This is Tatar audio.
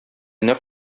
нәкъ